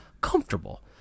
comfortable